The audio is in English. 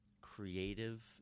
creative